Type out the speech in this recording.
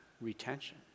retention